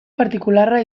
partikularra